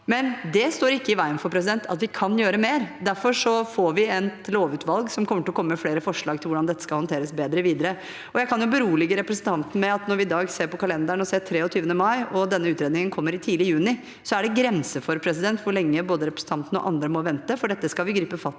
likevel ikke i veien for at vi kan gjøre mer. Derfor vil et lovutvalg komme med flere forslag til hvordan dette skal håndteres bedre videre. Jeg kan berolige representanten med at når vi i dag ser på kalenderen og ser 23. mai, og denne utredningen kommer tidlig i juni, er det grenser for hvor lenge både representanten og andre må vente, for dette skal vi gripe fatt